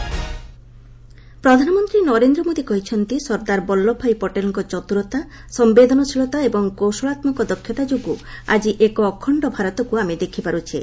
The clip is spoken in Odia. ପିଏମ୍ ମନ୍ କୀ ବାତ୍ ପ୍ରଧାନମନ୍ତ୍ରୀ ନରେନ୍ଦ୍ର ମୋଦି କହିଛନ୍ତି ସର୍ଦ୍ଦାର ବଲ୍ଲଭ ଭାଇ ପଟେଲଙ୍କ ଚତ୍ରରତା ସମ୍ଭେଦନଶୀଳତା ଏବଂ କୌଶଳାତ୍କକ ଦକ୍ଷତା ଯୋଗୁଁ ଆଜି ଏକ ଅଖଣ୍ଡ ଭାରତକୁ ଆମେ ଦେଖିପାରୁଛେ